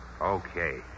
Okay